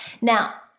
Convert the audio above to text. Now